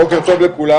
בוקר טוב לכולם.